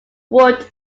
wood